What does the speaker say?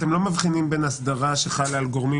אתם לא מבחינים בין אסדרה שחלה על גורמים